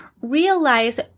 realize